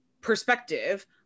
perspective